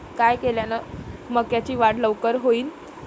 काय केल्यान मक्याची वाढ लवकर होईन?